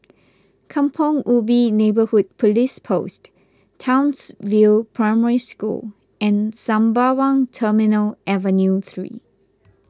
Kampong Ubi Neighbourhood Police Post Townsville Primary School and Sembawang Terminal Avenue three